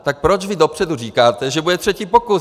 Tak proč dopředu říkáte, že bude třetí pokus?